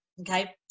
okay